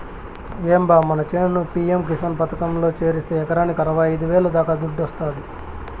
ఏం బా మన చేను పి.యం కిసాన్ పథకంలో చేరిస్తే ఎకరాకి అరవైఐదు వేల దాకా దుడ్డొస్తాది